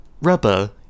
Rubber